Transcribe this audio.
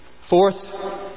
Fourth